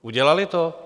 Udělaly to?